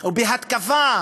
או בהתקפה